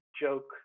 joke